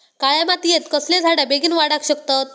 काळ्या मातयेत कसले झाडा बेगीन वाडाक शकतत?